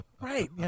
Right